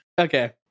Okay